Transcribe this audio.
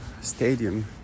stadium